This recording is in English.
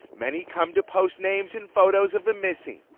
many come to post names and photos of the missing,